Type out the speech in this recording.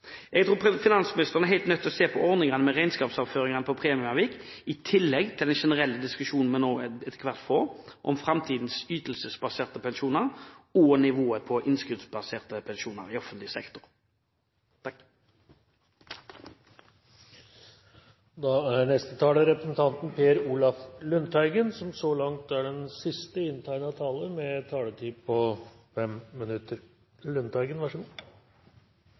Jeg tror finansministeren er helt nødt til å se på ordningene med regnskapsføringene av premieavvik, i tillegg til den generelle diskusjonen vi nå etter hvert får, om framtidens ytelsesbaserte pensjoner og nivået på innskuddsbaserte pensjoner i offentlig sektor. Trygghet er viktig for oss alle. Sjølsagt er trygghet og økonomisk trygghet spesielt viktig for pensjonister. Jeg vil først understreke at det som må være den viktigste tryggheten, er folketrygden. Det er den